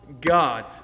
God